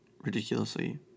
ridiculously